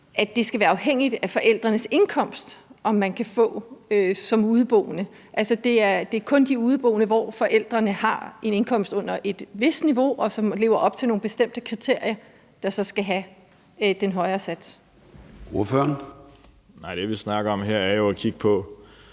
at det skal være afhængigt af forældrenes indkomst, om man kan få det som udeboende, altså at det kun er de udeboende, hvor forældrene har en indkomst under et vist niveau, og som lever op til nogle bestemte kriterier, der så skal have den højere sats? Kl. 19:06 Formanden (Søren Gade):